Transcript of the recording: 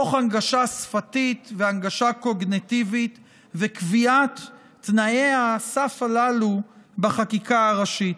תוך הנגשה שפתית והנגשה קוגניטיבית וקביעת תנאי הסף הללו בחקיקה הראשית.